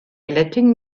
letting